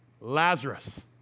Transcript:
Lazarus